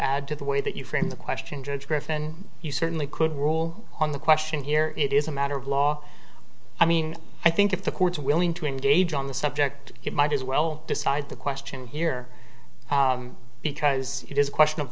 add to the way that you frame the question judge griffin you certainly could rule on the question here it is a matter of law i mean i think if the courts are willing to engage on the subject it might as well decide the question here because it is a question of